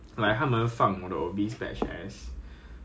then then 他放我 as thirty first October